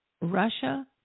Russia